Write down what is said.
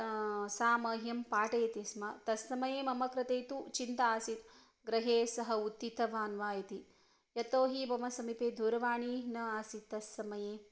सा मह्यं पाठयति स्म तत् समये मम कृते तु चिन्ता आसीत् गृहे सः उत्थितवान् वा इति यतोहि मम समीपे दूरवाणी न आसीत् तत् समये